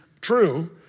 true